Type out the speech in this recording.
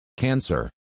Cancer